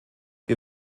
wir